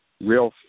real